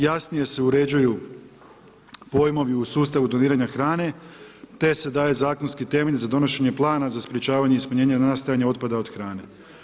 Jasnije se uređuju pojmovi u sustavu doniranja hrane te se daje zakonski temelj za donošenje plana za sprječavanje ispunjenja nastajanja otpada od hrane.